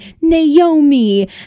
Naomi